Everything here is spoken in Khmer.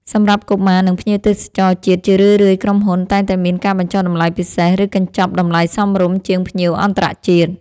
សម្រាប់កុមារ និងភ្ញៀវទេសចរជាតិ ជារឿយៗក្រុមហ៊ុនតែងតែមានការបញ្ចុះតម្លៃពិសេស ឬកញ្ចប់តម្លៃសមរម្យជាងភ្ញៀវអន្តរជាតិ។